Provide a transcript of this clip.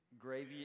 Gravy